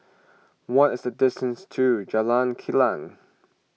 what is the distance to Jalan Kilang